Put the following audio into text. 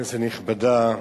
כנסת נכבדה,